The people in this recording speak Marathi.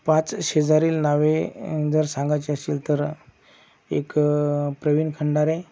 पाच शेजारील नावे जर सांगायचे असेल तर एक प्रविन खंडारे